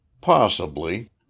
Possibly